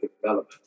development